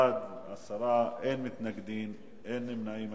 בעד, 10, אין מתנגדים, אין נמנעים.